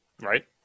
right